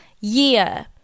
year